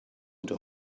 into